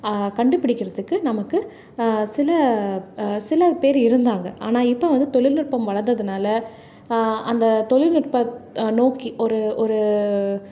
கண்டுபிடிக்கிறதுக்கு நமக்கு சில சில பேர் இருந்தாங்க ஆனால் இப்போ வந்து தொழில்நுட்பம் வளர்ந்ததுனால அந்த தொழில்நுட்பம் நோக்கி ஒரு ஒரு